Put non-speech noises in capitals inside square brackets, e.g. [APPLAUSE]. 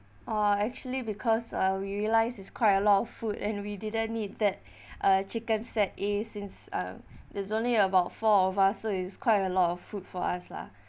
orh actually because uh we realise is quite a lot of food and we didn't need that [BREATH] uh chicken set A since uh there's only about four of us so is quite a lot of food for us lah